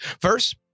First